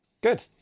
Good